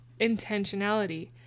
intentionality